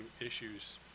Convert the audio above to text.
issues